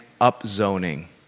upzoning